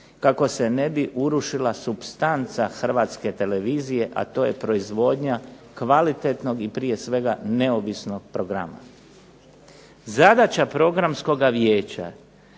kako se ne bi uništila supstanca Hrvatske televizije a to je proizvodnja kvalitetnog i neovisnog programa. Zadaća programskog vijeća